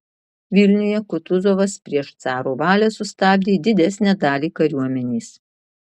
vilniuje kutuzovas prieš caro valią sustabdė didesnę dalį kariuomenės